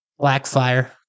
Blackfire